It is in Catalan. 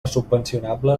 subvencionable